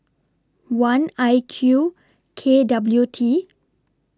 one I Q K W T